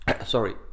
Sorry